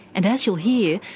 and, as you'll hear,